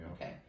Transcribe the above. okay